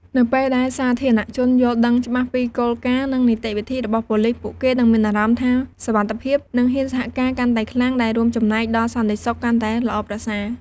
នៅពេលដែលសាធារណជនយល់ដឹងច្បាស់ពីគោលការណ៍ និងនីតិវិធីរបស់ប៉ូលិស ពួកគេនឹងមានអារម្មណ៍ថាសុវត្ថិភាព និងហ៊ានសហការកាន់តែខ្លាំង ដែលរួមចំណែកដល់សន្តិសុខកាន់តែល្អប្រសើរ។